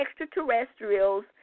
extraterrestrials